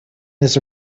this